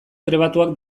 trebatuak